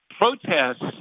protests